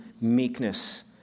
meekness